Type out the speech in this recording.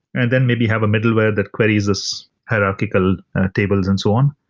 and then maybe have a middleware that queries this hierarchical tables and so on.